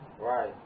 right